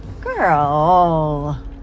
girl